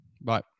Bye